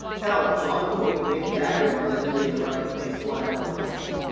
hell, jon voight and mick jagger were allegedly in the running to play swan at one point.